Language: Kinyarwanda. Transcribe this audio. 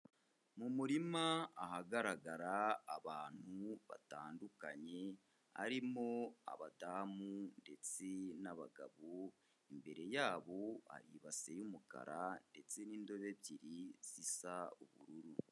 Mu murima ahagaragara abantu batandukanye, harimo abadamu ndetse n'abagabo, imbere yabo hari ibase y'umukara ndetse n'indobo ebyiri zisa ubururu.